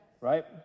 Right